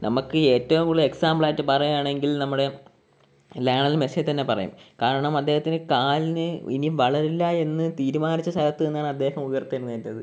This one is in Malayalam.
നമുക്ക് ഏറ്റവും കൂടുതൽ എക്സാമ്പിൾ ആയിട്ട് പറയാണെങ്കിൽ നമ്മുടെ ലയണൽ മെസ്സിയെ തന്നെ പറയാം കാരണം അദ്ദേഹത്തിന് കാലിന് ഇനി വളരില്ല എന്നു തീരുമാനിച്ച സ്ഥലത്ത് നിന്നാണ് അദ്ദേഹം ഉയർത്തെഴുന്നേറ്റത്